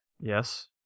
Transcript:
Yes